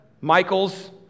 Michael's